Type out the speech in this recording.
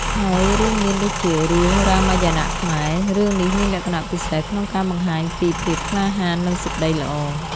ហើយរួមមានដូចជា រឿងរាមាយណៈខ្មែរ រឿងនេះមានលក្ខណៈពិសេសក្នុងការបង្ហាញពីភាពក្លាហាន និងសេចក្ដីល្អ។